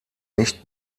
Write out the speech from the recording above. nicht